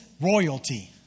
royalty